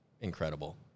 incredible